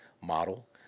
Model